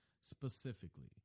specifically